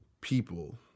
people